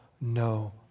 no